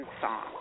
song